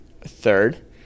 Third